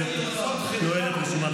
אגם גולדשטיין,